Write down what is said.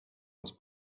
was